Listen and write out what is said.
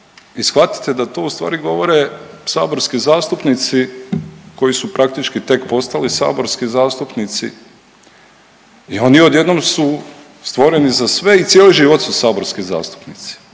shvatite da to ustvari govore saborski zastupnici koji su praktički tek postali saborski zastupnici i oni odjednom su stvoreni za sve i cijeli život su saborski zastupnici